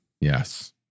Yes